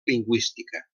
lingüística